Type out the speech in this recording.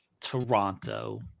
Toronto